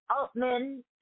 Altman